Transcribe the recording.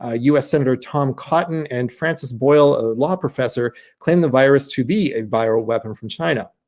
ah us senator tom cotton and francis boyle a law professor claimed the virus to be a viral weapon from china.